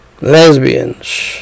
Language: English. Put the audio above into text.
Lesbians